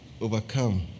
overcome